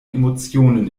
emotionen